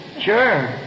Sure